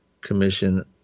Commission